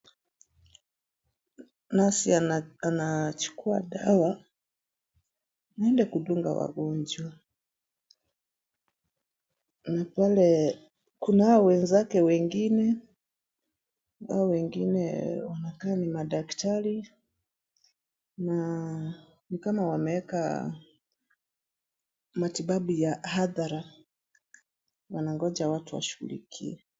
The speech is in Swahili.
Nurse anachukua dawa aende kudunga wagonjwa na pale kunao wenzake wengine hao wengine wanakaa ni madaktari na ni kama wameweka matibabu ya hadhara wanangoja watu washughulikie